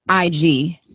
IG